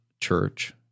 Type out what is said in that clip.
church